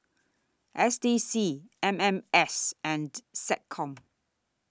S D C M M S and Seccom